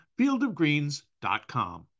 fieldofgreens.com